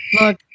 Look